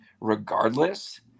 regardless